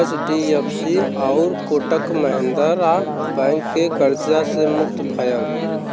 HDFC आउर Kotak Mahindra Bank के कर्जा से मुक्त भयल